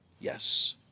Yes